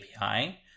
API